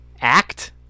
act